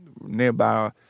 nearby